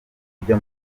kurya